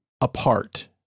apart